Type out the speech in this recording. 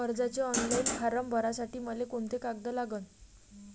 कर्जाचे online form भरासाठी मले कोंते कागद लागन?